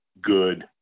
good